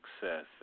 success